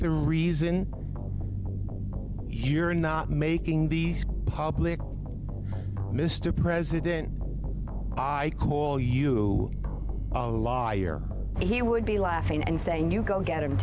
the reason you're not making these public mr president i call you a liar he would be laughing and saying you go get